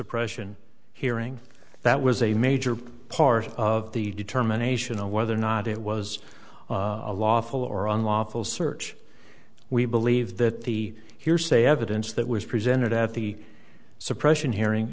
suppression hearing that was a major part of the determination of whether or not it was a lawful or unlawful search we believe that the hearsay evidence that was presented at the suppression hearing